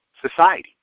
society